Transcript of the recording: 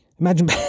imagine